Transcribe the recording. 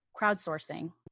crowdsourcing